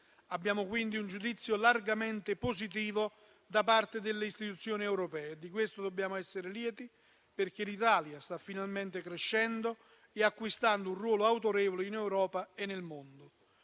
Abbiamo quindi un giudizio largamente positivo da parte delle istituzioni europee e di questo dobbiamo essere lieti, perché l'Italia sta finalmente crescendo e acquistando un ruolo autorevole in Europa e nel mondo.